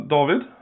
David